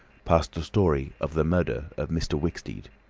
passed the story of the murder of mr. wicksteed.